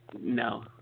No